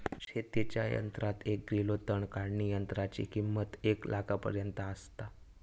शेतीच्या यंत्रात एक ग्रिलो तण काढणीयंत्राची किंमत एक लाखापर्यंत आसता